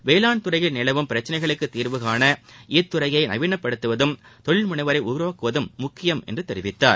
வேளாண்துறையில் நிலவும் பிரச்சினைகளுக்கு தீர்வுகாண இத்துறையை நவீனப்படுத்துவதும் தொழில்முனைவோரை உருவாக்குவதம் முக்கியம் என்று தெரிவித்தார்